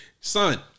son